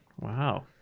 wow